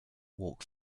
walk